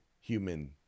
human